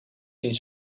zien